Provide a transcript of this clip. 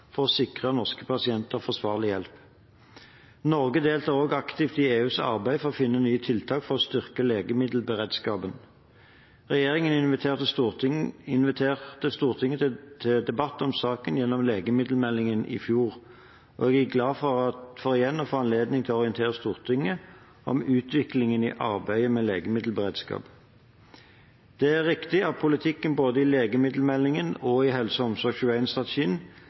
for å sikre norske pasienter forsvarlig hjelp. Norge deltar også aktivt i EUs arbeid for å finne nye tiltak for å styrke legemiddelberedskapen. Regjeringen inviterte Stortinget til debatt om saken gjennom legemiddelmeldingen i fjor, og jeg er glad for igjen å få anledning til å orientere Stortinget om utviklingen i arbeidet med legemiddelberedskap. Det er riktig at politikken i både legemiddelmeldingen og HelseOmsorg21-strategien legger til rette for at det skal kunne utvikles nye legemidler og